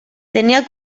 tenia